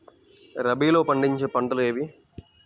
రబీలో పండించే పంటలు ఏవి?